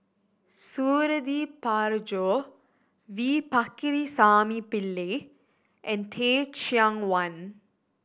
Suradi Parjo V Pakirisamy Pillai and Teh Cheang Wan